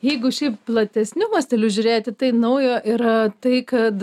jeigu šiaip platesniu masteliu žiūrėti tai naujo yra tai kad